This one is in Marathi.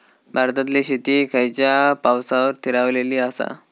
भारतातले शेती खयच्या पावसावर स्थिरावलेली आसा?